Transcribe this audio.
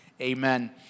amen